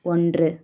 ஒன்று